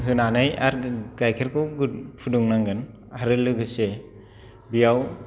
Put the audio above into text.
होनानै आरो गाइखेरखौ गोदौ फुदुंनागोन आरो लोगोसे बेयाव